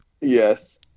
Yes